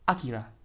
Akira